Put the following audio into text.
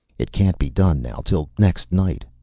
it can't be done now till next night,